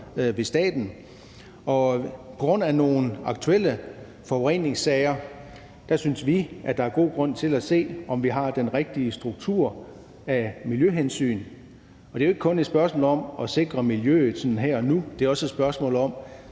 ved staten, og på grund af nogle aktuelle forureningssager synes vi, at der er god grund til at se på, om vi har den rigtige struktur i forhold til miljøhensyn. Det er jo ikke kun et spørgsmål om at sikre miljøet sådan her og nu. Det er også et spørgsmål om